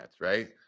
right